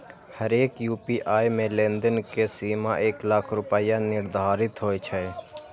हरेक यू.पी.आई मे लेनदेन के सीमा एक लाख रुपैया निर्धारित होइ छै